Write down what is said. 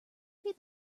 feed